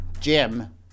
Jim